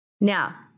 Now